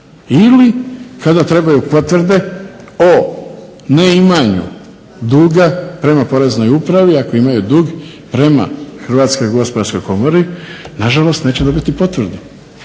Ili kada trebaju potvrde o neimanju duga prema Poreznoj upravi ako imaju dug prema Hrvatskoj gospodarskoj komori nažalost neće dobiti potvrdu